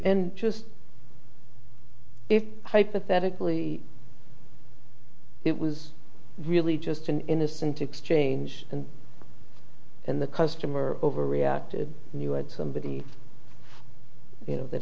in just hypothetically it was really just an innocent exchange and in the customer overreacted you had somebody that